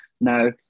Now